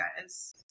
guys